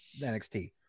NXT